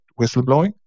whistleblowing